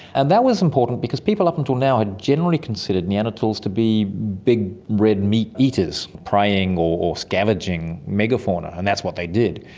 and that was important because people up until now had generally considered neanderthals to be big red meat eaters, preying or scavenging mega-fauna, and that's what they did,